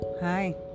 Hi